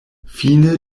fine